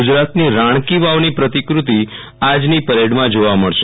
ગુજરાતની રાણકી વાવની પ્રતિકૃતિ આજની પરેડમાં જોવા મળશે